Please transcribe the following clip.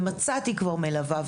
ומצאתי כבר מלווה,